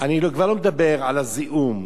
אני כבר לא מדבר על הזיהום,